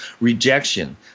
rejection